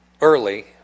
early